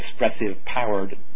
expressive-powered